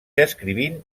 escrivint